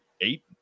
Eight